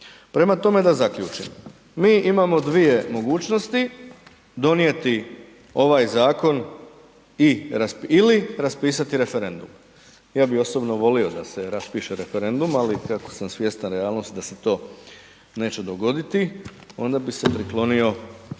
Prema tome, da zaključim. Mi imamo dvije mogućnosti donijeti ovaj zakon i, ili raspisati referendum. Ja bi osobno volio da se raspiše referendum, ali kako sam svjestan realnosti da se to neće dogoditi onda bi se priklonio